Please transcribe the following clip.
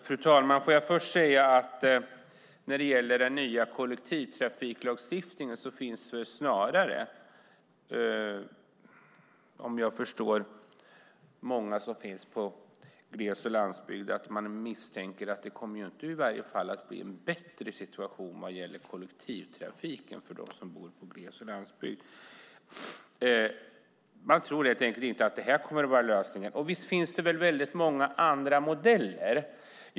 Fru talman! När det gäller den nya kollektivtrafiklagstiftningen misstänker många snarare att det i varje fall inte kommer att bli en bättre situation med kollektivtrafiken för dem som bor i gles och landsbygd. Man tror helt enkelt inte att det kommer att vara lösningen. Visst finns det väldigt många andra modeller.